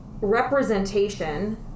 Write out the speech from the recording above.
representation